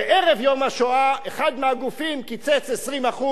וערב יום השואה אחד מהגופים קיצץ 20%,